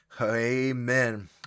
Amen